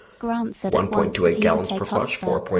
grant said at once that he would take hotspur,